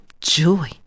joy